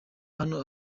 hano